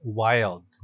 wild